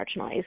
marginalized